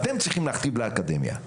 אתם צריכים להכתיב לאקדמיה.